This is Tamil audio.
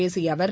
பேசியஅவர்